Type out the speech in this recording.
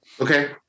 Okay